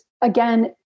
again